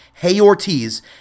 heyortiz